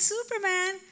Superman